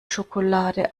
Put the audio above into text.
schokolade